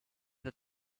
that